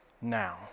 now